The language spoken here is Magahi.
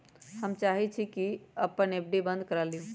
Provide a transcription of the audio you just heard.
हम चाहई छी कि अपन एफ.डी बंद करा लिउ